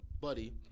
Buddy